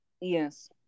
Yes